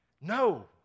No